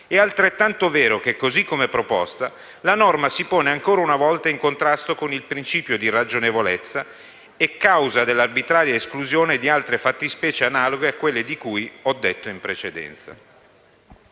è altrettanto vero che, così come proposta, la norma si pone ancora una volta in contrasto con il principio di ragionevolezza a causa dell'arbitraria esclusione di altre fattispecie analoghe a quelle di cui ho detto in precedenza.